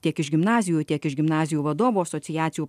tiek iš gimnazijų tiek iš gimnazijų vadovų asociacijų